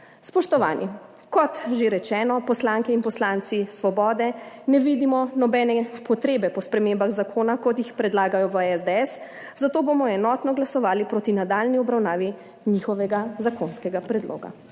Spoštovani, kot že rečeno, poslanke in poslanci Svobode ne vidimo nobene potrebe po spremembah zakona, kot jih predlagajo v SDS, zato bomo enotno glasovali proti nadaljnji obravnavi njihovega zakonskega predloga.